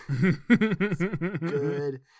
Good